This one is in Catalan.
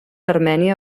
armènia